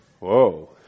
whoa